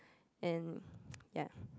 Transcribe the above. and ya